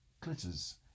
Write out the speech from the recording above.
glitters